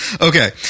Okay